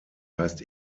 heißt